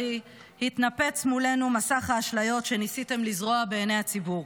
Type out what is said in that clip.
התנפץ מולנו מסך האשליות שניסיתם לזרות בעיני הציבור.